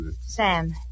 Sam